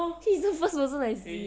she's the first person I see eh